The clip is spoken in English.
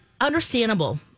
understandable